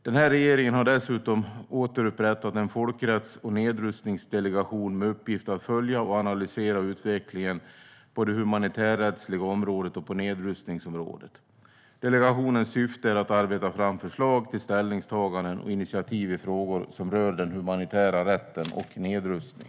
Den här regeringen har dessutom återupprättat en folkrätts och nedrustningsdelegation med uppgift att följa och analysera utvecklingen på det humanitärrättsliga området och på nedrustningsområdet. Delegationens syfte är att arbeta fram förslag till svenska ställningstaganden och initiativ i frågor som rör den humanitära rätten och nedrustning.